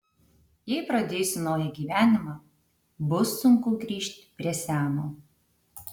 jei pradėsiu naują gyvenimą bus sunku grįžt prie seno